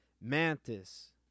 Mantis